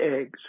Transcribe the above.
eggs